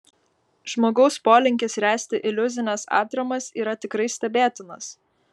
žmogaus polinkis ręsti iliuzines atramas yra tikrai stebėtinas